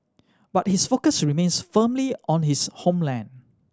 but his focus remains firmly on his homeland